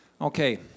Okay